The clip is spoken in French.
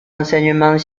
enseignements